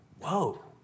whoa